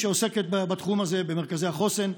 שעוסקת בתחום הזה במרכזי החוסן,